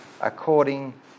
according